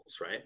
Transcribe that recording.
right